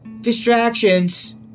distractions